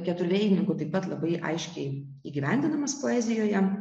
keturvėjininkų taip pat labai aiškiai įgyvendinamas poezijoje